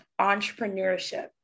entrepreneurship